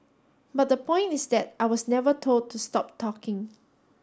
but the point is that I was never told to stop talking